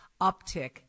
uptick